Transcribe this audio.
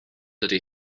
dydy